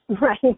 Right